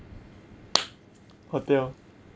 hotel